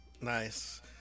Nice